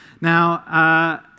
Now